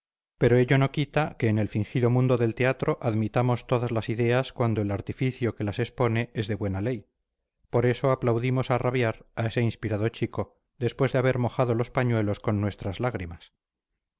pero ello no quita que en el fingido mundo del teatro admitamos todas las ideas cuando el artificio que las expone es de buena ley por eso aplaudimos a rabiar a ese inspirado chico después de haber mojado los pañuelos con nuestras lágrimas